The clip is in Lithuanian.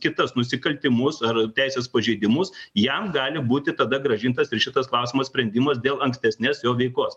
kitus nusikaltimus ar teisės pažeidimus jam gali būti tada grąžintas ir šitas klausimo sprendimas dėl ankstesnės jo veikos